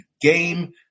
game